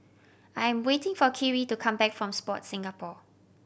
I am waiting for Kyrie to come back from Sport Singapore